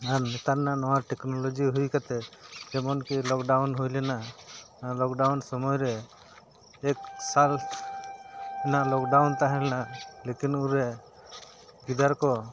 ᱟᱨ ᱱᱮᱛᱟᱨ ᱨᱮᱱᱟᱜ ᱱᱚᱣᱟ ᱴᱮᱠᱱᱳᱞᱚᱡᱤ ᱦᱩᱭ ᱠᱟᱛᱮ ᱡᱮᱢᱚᱱ ᱠᱤ ᱞᱚᱠᱰᱟᱣᱩᱱ ᱦᱩᱭ ᱞᱮᱱᱟ ᱚᱱᱟ ᱞᱚᱠᱰᱟᱣᱩᱱ ᱥᱚᱢᱚᱭ ᱨᱮ ᱮᱠ ᱥᱟᱞ ᱨᱮᱱᱟᱜ ᱞᱚᱠᱰᱟᱣᱩᱱ ᱛᱟᱦᱮᱸ ᱞᱮᱱᱟ ᱞᱮᱠᱤᱱ ᱩᱱ ᱨᱮ ᱜᱤᱫᱟᱹᱨ ᱠᱚ